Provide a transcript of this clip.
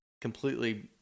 completely